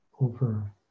over